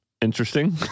interesting